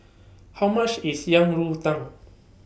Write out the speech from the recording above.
How much IS Yang Rou Tang